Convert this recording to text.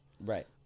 Right